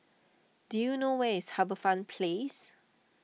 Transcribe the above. do you know where is HarbourFront Place